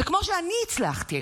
זה כמו שאני הצלחתי.